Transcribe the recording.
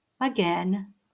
again